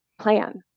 plan